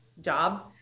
job